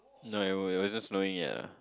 no it wasn't it wasn't snowing yet ah